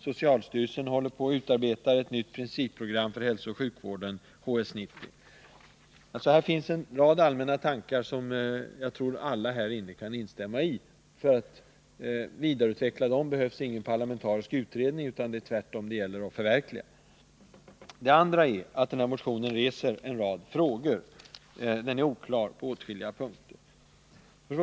Socialstyrelsen håller på att utarbeta ett nytt principprogram för hälsooch sjukvården, HS 90. Det finns alltså i motionen en rad allmänna tankegångar, som jag tror att alla här kan instämma i. För att vidareutveckla dem behövs ingen parlamentarisk utredning. Det gäller tvärtom att förverkliga förslagen. Men den här motionen reser också en rad frågor. Den är oklar på åtskilliga punkter.